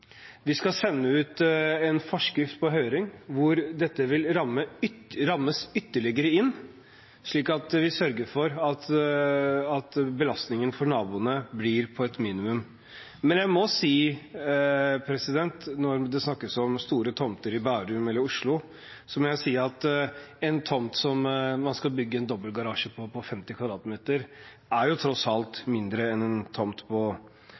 Det skal være innenfor de regulerte planene i en kommune. Vi skal sende ut en forskrift på høring hvor dette vil rammes ytterligere inn, slik at vi sørger for at belastningen for naboene blir på et minimum. Men når det snakkes om store tomter i Bærum eller i Oslo, må jeg si at en tomt der det skal bygges en dobbeltgarasje på 50 m2, tross alt er mindre enn en tomt